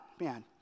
Man